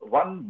one